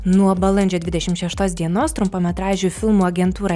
nuo balandžio dvidešim šeštos dienos trumpametražių filmų agentūra